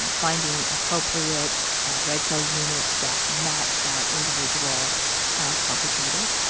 finding appropriate red cell units that match that individual uncomplicated,